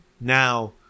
Now